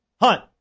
Hunt